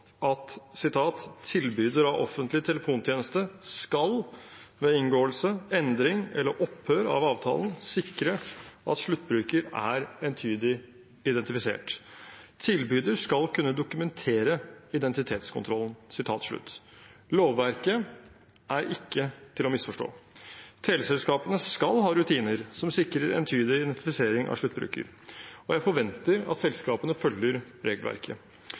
av offentlig telefontjeneste skal ved inngåelse, endring eller opphør av avtalen sikre at sluttbruker er entydig identifisert. Tilbyder skal kunne dokumentere identitetskontrollen.» Lovverket er ikke til å misforstå. Teleselskapene skal ha rutiner som sikrer entydig identifisering av sluttbruker, og jeg forventer at selskapene følger regelverket.